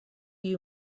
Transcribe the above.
you